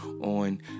on